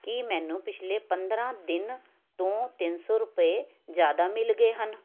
ਕੀ ਮੈਨੂੰ ਪਿਛਲੇ ਪੰਦਰਾਂ ਦਿਨ ਤੋਂ ਤਿੰਨ ਸੌ ਰੁਪਏ ਜ਼ਿਆਦਾ ਮਿਲ ਗਏ ਹਨ